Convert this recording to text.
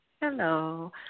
Hello